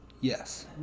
Yes